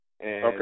Okay